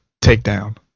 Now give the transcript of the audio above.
takedown